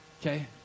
Okay